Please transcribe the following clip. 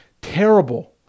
terrible